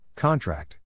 Contract